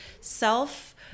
self